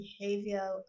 behavior